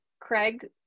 Craig